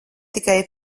tikai